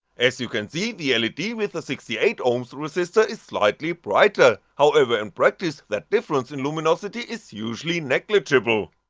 as you can see, the ah led with the sixty eight ohms resistor is slightly brighter, however in practice that difference in luminosity is usually negligible.